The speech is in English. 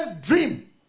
dream